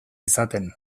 izaten